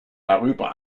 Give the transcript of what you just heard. darüber